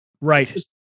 right